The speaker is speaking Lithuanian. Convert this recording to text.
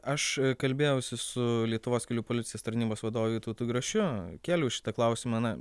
aš kalbėjausi su lietuvos kelių policijos tarnybos vadovu vytautu grašiu keliau šitą klausimą na